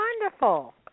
wonderful